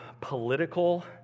political